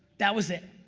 that was it.